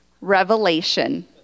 revelation